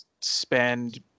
spend